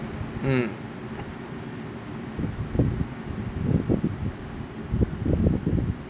mm